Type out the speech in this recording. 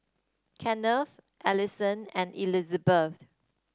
Kenneth Alison and Elizbeth